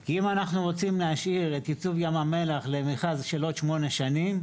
כי אם אנחנו רוצים להשאיר את ייצוב ים המלח למכרז של עוד שמונה שנים,